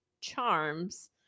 charms